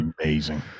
amazing